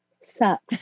sucks